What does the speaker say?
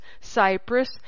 Cyprus